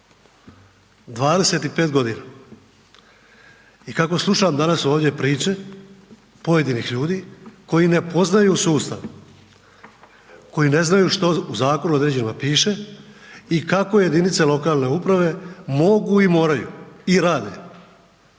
25 godina i kako slušam danas ovdje priče pojedinih ljudi koji ne poznaju sustav, koji ne znaju u zakonu određenima piše i kako jedinice lokalne uprave mogu i moraju i rade